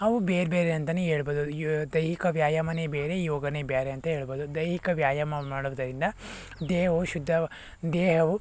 ಅವು ಬೇರೆ ಬೇರೆ ಅಂತನೇ ಹೇಳ್ಬೋದು ಯೋ ದೈಹಿಕ ವ್ಯಾಯಾಮನೇ ಬೇರೆ ಯೋಗನೇ ಬೇರೆ ಅಂತ ಹೇಳ್ಬೋದು ದೈಹಿಕ ವ್ಯಾಯಾಮ ಮಾಡೋದರಿಂದ ದೇಹವು ಶುದ್ಧ ದೇಹವು